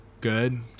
good